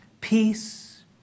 Peace